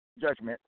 judgment